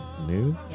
new